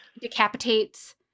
decapitates